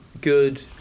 good